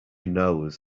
knows